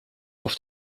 auf